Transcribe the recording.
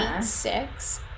six